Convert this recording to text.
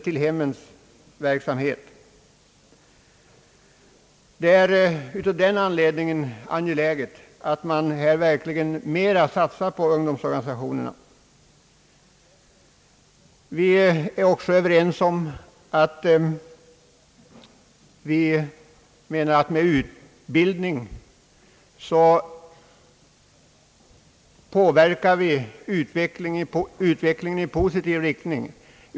Av den anledningen är det angeläget att man här satsar mera på ungdomsorganisationerna. Vi är ense om att med utbildning påverkar vi utvecklingen och standardstegringen i positiv riktning.